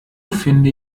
finde